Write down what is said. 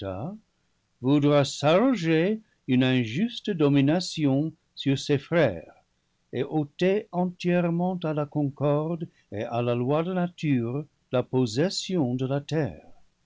s'arroger une injuste domination sur ses frères et ôter entièrement à la concorde et à la loi de nature la pos session de la terre